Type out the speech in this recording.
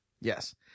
Yes